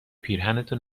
پیرهنتو